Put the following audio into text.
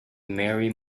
merry